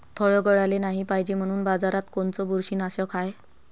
फळं गळाले नाही पायजे म्हनून बाजारात कोनचं बुरशीनाशक हाय?